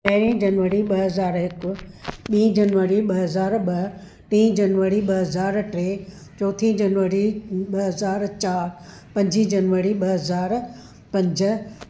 ॾहीं जनवरी ॿ हज़ार हिकु ॿी जनवरी ॿ हज़ार ॿ टी जनवरी ॿ हज़ार टे चोथीं जनवरी ॿ हज़ार चारि पंजी जनवरी ॿ हज़ार पंज